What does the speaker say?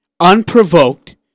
unprovoked